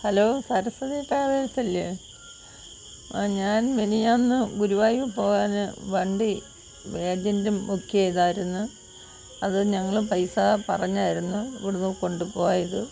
hello Saraswathi travels അല്ലേ ഞാൻ മിനഞ്ഞാന്ന് ഗുരുവായൂർ പോകാൻ വണ്ടി ഏജൻ്റും ബുക്ക് ചെയ്തതായിരുന്നു അത് ഞങ്ങൾ പൈസ പറഞ്ഞായിരുന്നു ഇവിടെ നിന്ന് കൊണ്ടു പോയത്